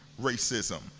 racism